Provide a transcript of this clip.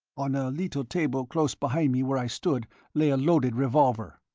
on a little table close behind me where i stood lay a loaded revolver.